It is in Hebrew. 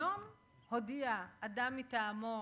היום הודיע אדם מטעמו